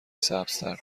سبزتر